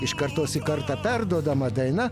iš kartos į kartą perduodama daina